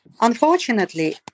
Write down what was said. Unfortunately